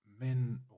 men